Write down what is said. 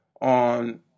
on